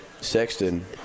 Sexton